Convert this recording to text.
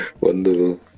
Wonderful